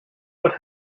what